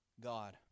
God